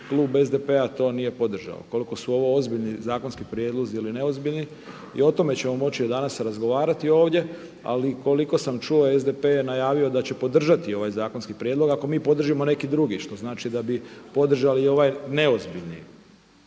klub SDP-a to nije podržao. Koliko su ovo ozbiljni zakonski prijedlozi ili neozbiljni i o tome ćemo moći danas razgovarati ovdje. Ali koliko sam čuo SDP je najavio da će podržati ovaj zakonski prijedlog ako mi podržimo neki drugi, što znači da bi podržali i ovaj neozbiljni